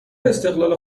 استقلال